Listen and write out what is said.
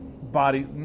Body